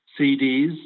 CDs